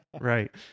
Right